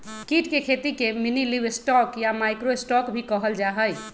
कीट के खेती के मिनीलिवस्टॉक या माइक्रो स्टॉक भी कहल जाहई